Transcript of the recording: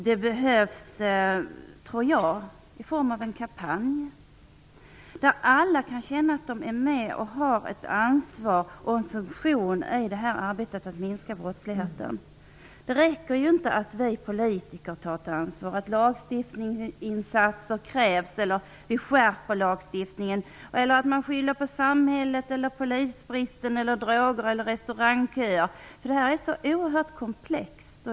Det kan, tror jag, vara i form av en kampanj, där alla kan känna att de är med och har ett ansvar och en funktion i arbetet med att minska brottsligheten. Det räcker inte med att vi politiker tar ett ansvar, att vi kräver lagstiftningsinsatser eller att vi skärper lagstiftningen, eller att man skyller på samhället eller polisbristen eller droger eller restaurangköer. Problemet är så oerhört komplext.